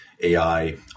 AI